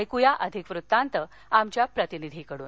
ऐकूया अधिक वृत्तांत आमच्या प्रतिनिधीकडून